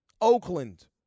Oakland